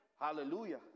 Hallelujah